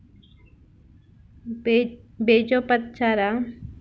ಬೇಜೋಪಚಾರ ಮಾಡದೇ ಇರೋ ಬೇಜಗಳನ್ನು ಬಿತ್ತುವುದರಿಂದ ಇಳುವರಿ ಕಡಿಮೆ ಆಗುವುದೇ?